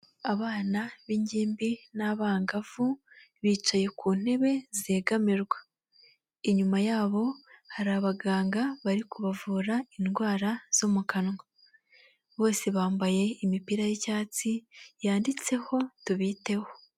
Abana b'ingimbi n'abangavu bicaye ku ntebe zegamirwa, inyuma yabo har’abaganga bari kubavura indwara zo mu kanwa, bose bambaye imipira y'icyatsi yanditseho tubiteho.